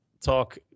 Talk